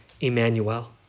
Emmanuel